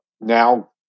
now